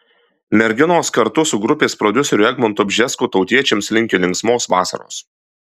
merginos kartu su grupės prodiuseriu egmontu bžesku tautiečiams linki linksmos vasaros